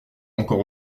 encore